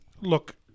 look